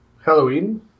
Halloween